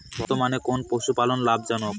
বর্তমানে কোন পশুপালন লাভজনক?